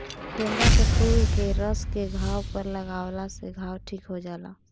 गेंदा के फूल के रस के घाव पर लागावला से घाव ठीक हो जाला